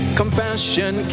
compassion